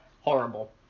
Horrible